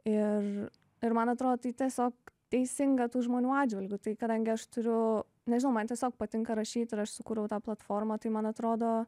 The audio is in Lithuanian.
ir ir man atrodo tai tiesiog teisinga tų žmonių atžvilgiu tai kadangi aš turiu nežinau man tiesiog patinka rašyt ir aš sukūriau tą platformą tai man atrodo